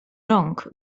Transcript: rąk